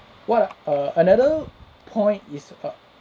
what err another point is about